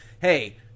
hey